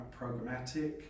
programmatic